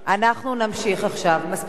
מספיק שקט לך, חברת הכנסת זוארץ?